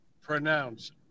pronounce